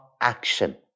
action